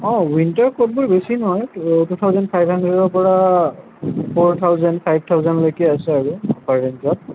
অঁ ৱিণ্টাৰ কোটবোৰ বেছি নহয় টু থাউজেণ্ড ফাইভ হাণ্ড্ৰেডৰ পৰা ফ'ৰ থাউজেণ্ড ফাইভ থাউজেণ্ডলৈকে আছে আৰু আপাৰ ৰেঞ্জত